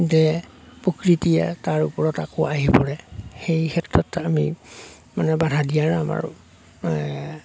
যে প্ৰকৃতিয়ে তাৰ ওপৰত আকৌ আহি পৰে সেই ক্ষেত্ৰত আমি মানে বাধা দিয়াৰ আমাৰ